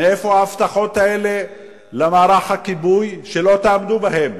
מאיפה ההבטחות האלה למערך הכיבוי, שלא תעמדו בהן?